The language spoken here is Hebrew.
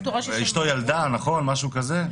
אשתו ילדה או משהו כזה.